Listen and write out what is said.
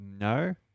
No